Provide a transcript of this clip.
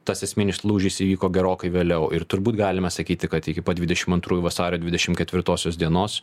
tas esminis lūžis įvyko gerokai vėliau ir turbūt galima sakyti kad iki pat dvidešimt antrųjų vasario dvidešimt ketvirtosios dienos